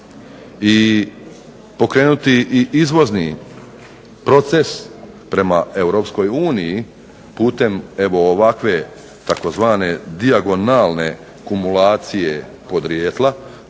i pokrenuti i izvozni proces prema Europskoj uniji putem evo ovakve tzv. dijagonalne kumulacije podrijetla.